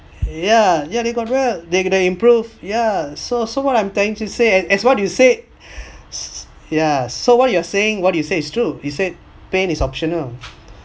yeah yeah they got well they they improve ya so so what I'm trying to say and as what you said yeah so what you are saying what do you say is true you said pain is optional